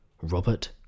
Robert